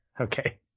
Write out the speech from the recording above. Okay